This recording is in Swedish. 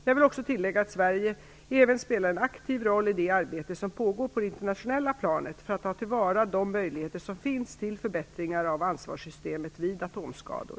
Jag vill tillägga att Sverige även spelar en aktiv roll i det arbete som pågår på det internationella planet för att ta till vara de möjligheter som finns till förbättringar av ansvarssystemet vid atomskador.